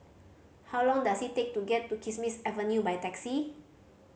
how long does it take to get to Kismis Avenue by taxi